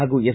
ಹಾಗೂ ಎಸ್